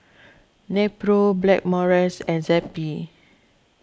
Nepro Blackmores and Zappy